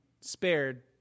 spared